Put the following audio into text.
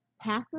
passes